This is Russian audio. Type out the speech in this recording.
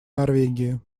норвегии